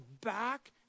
back